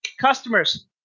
Customers